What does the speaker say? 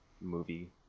movie